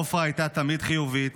עפרה הייתה תמיד חיובית.